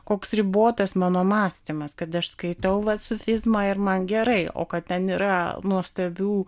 koks ribotas mano mąstymas kad aš skaitau vat sufizmą ir man gerai o kad ten yra nuostabių